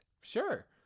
Sure